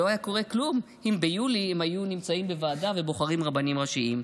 לא היה קורה כלום אם ביולי הם היו נמצאים בוועדה ובוחרים רבנים ראשיים.